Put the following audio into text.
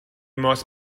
ماست